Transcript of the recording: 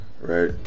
right